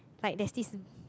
like there's this